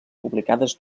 publicades